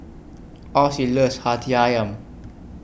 Ossie loves Hati Ayam